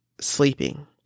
sleeping